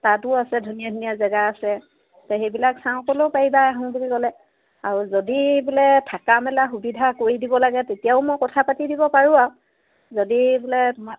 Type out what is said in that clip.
তাতো আছে ধুনীয়া ধুনীয়া জেগা আছে সেইবিলাক চাওঁ ক'লেও পাৰিবা আহোঁ বুলি ক'লে আৰু যদি বোলে থাকা মেলা সুবিধা কৰি দিব লাগে তেতিয়াও মই কথা পাতি দিব পাৰোঁ আৰু যদি বোলে তোমাৰ